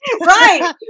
Right